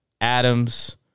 Adams